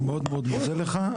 אני מאוד מאוד מודה לך.